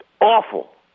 awful